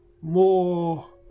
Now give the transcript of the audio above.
more